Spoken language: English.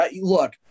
look